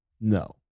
No